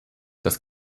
das